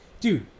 Dude